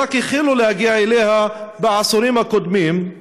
ורק החלו להגיע אליה בעשורים הקודמים,